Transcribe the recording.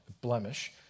blemish